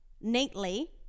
neatly